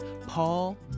Paul